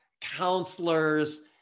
counselors